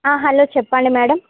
hello చెప్పండి madam